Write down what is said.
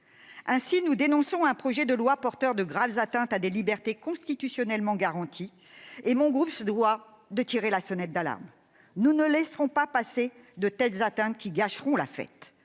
elles. Nous dénonçons un projet de loi porteur de graves atteintes à des libertés constitutionnellement garanties. Dans ces conditions, mon groupe se doit de tirer la sonnette d'alarme. Nous ne laisserons pas passer de telles atteintes, qui gâcheraient la fête.